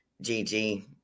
Gigi